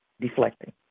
deflecting